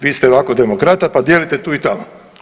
Vi ste ovako demokrata pa dijelite tu i tamo.